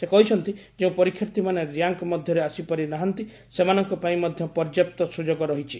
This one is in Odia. ସେ କହିଛନ୍ତି ଯେଉଁ ପରୀକ୍ଷାର୍ଥୀମାନେ ର୍ୟାଙ୍କ ମଧ୍ୟରେ ଆସିପାରିନାହାନ୍ତି ସେମାନଙ୍କ ପାଇଁ ମଧ୍ୟ ପର୍ଯ୍ୟାପ୍ତ ସ୍ୱଯୋଗ ରହିଛି